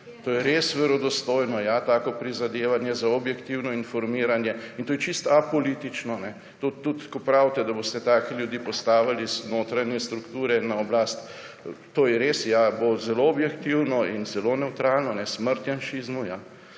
To je res verodostojno tako prizadevanje za objektivno informiranje?! In to je čisto apolitično. Tudi ko pravite, da boste take ljudi postavili iz notranje strukture na oblast, bo to res zelo objektivno in zelo nevtralno. Smrt janšizmu, ja.